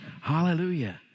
Hallelujah